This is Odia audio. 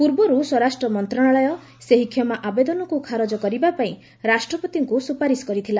ପୂର୍ବର୍ ସ୍ୱରାଷ୍ଟ୍ର ମନ୍ତ୍ରଣାଳୟ ସେହି କ୍ଷମା ଆବେଦନକୁ ଖାରଜ କରିବାପାଇଁ ରାଷ୍ଟ୍ରପତିଙ୍କୁ ସୁପାରିସ୍ କରିଥିଲା